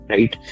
Right